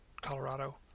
Colorado